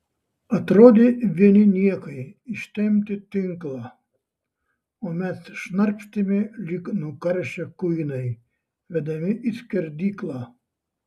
atrodė vieni niekai ištempti tinklą o mes šnarpštėme lyg nukaršę kuinai vedami į skerdyklą